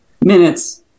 Minutes